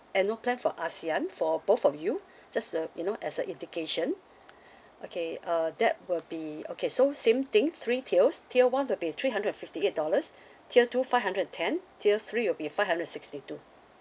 annual plan for ASEAN for both of you just uh you know as a indication okay uh that will be okay so same thing three tiers tier one will be three hundred and fifty eight dollars tier two five hundred and ten tier three will be five hundred and sixty two